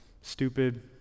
stupid